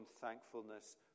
thankfulness